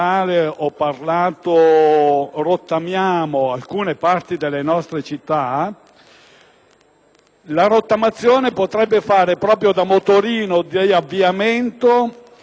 tale rottamazione potrebbe fungere proprio da motorino di avviamento per il rilancio dell'economia. Su questo vi sono meravigliosi esempi: